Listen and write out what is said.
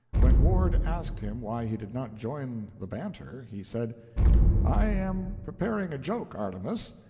when ward asked him why he did not join the banter, he said i am preparing a joke, artemus,